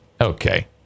Okay